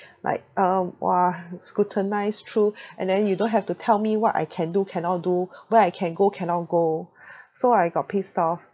like um !wah! scrutinised through and then you don't have to tell me what I can do cannot do where I can go cannot go so I got pissed off